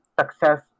success